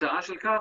התוצאה של כך,